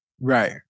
Right